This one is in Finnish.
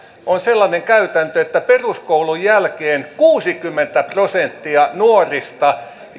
on sellainen käytäntö että peruskoulun jälkeen kuusikymmentä prosenttia nuorista